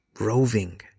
roving